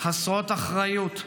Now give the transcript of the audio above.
חסרות אחריות,